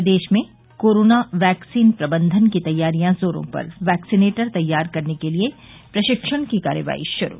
प्रदेश में corona vaccine प्रबंधन की तैयारियां जोरो पर वैक्सीनेटर तैयार करने के लिये प्रशिक्षण की कार्रवाई श्रू